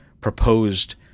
proposed